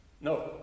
No